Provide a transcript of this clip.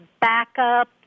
backup